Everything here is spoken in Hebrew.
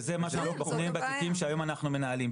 וזה מה שאנחנו בוחנים בתיקים שהיום אנחנו מנהלים,